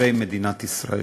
לתושבי מדינת ישראל.